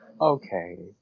Okay